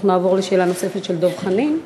אנחנו נעבור לשאלה נוספת של דב חנין,